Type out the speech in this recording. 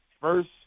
first